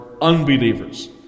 unbelievers